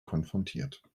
konfrontiert